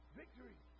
victory